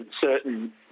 certain